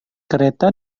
kereta